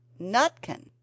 nutkin